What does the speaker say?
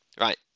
Right